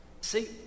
See